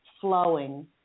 flowing